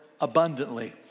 abundantly